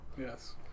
Yes